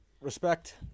respect